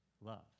love